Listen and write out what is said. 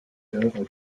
d’œuvre